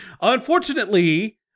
unfortunately